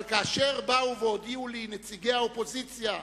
אבל כאשר באו והודיעו לי נציגי האופוזיציה,